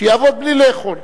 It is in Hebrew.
שיעבוד בלי לאכול.